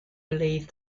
believe